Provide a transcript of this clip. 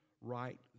right